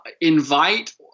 invite